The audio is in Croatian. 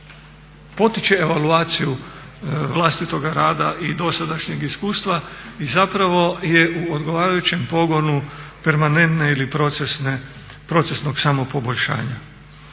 potiče evaluaciju vlastitoga rada i dosadašnjeg iskustva i zapravo je u odgovarajućem pogonu permanentne ili procesnog samopoboljšanja.